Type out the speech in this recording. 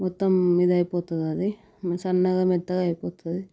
మొత్తం ఇది అయిపోతుంది అది సన్నగా మెత్తగా అయిపోతుంది